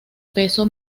peso